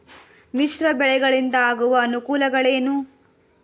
ಮಿಶ್ರ ಬೆಳೆಗಳಿಂದಾಗುವ ಅನುಕೂಲಗಳೇನು?